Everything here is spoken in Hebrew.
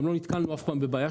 גם לא נתקלנו אף פעם בבעיה.